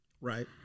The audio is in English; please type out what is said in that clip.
right